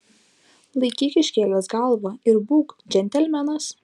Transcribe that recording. laikyk iškėlęs galvą ir būk džentelmenas